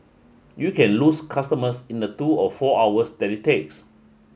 you can lose customers in the two or four hours that it takes